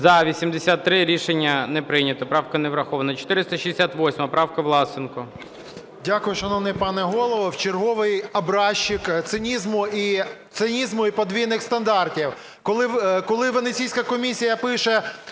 За-83 Рішення не прийнято. Правка не врахована. 468 правка, Власенко.